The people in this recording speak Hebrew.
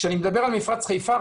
כשאני מדבר על מפרץ חיפה,